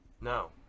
No